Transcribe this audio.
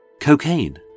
cocaine